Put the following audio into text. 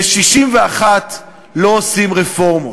ב-61 לא עושים רפורמות.